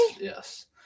Yes